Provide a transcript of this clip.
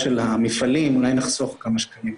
כלומר יש מדיניות שהממשלה דאז הציגה,